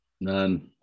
none